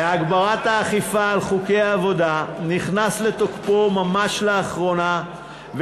להגברת האכיפה של חוקי העבודה נכנס לתוקפו ממש לאחרונה,